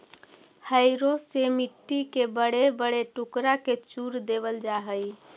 harrow से मट्टी के बड़े बड़े टुकड़ा के चूर देवल जा हई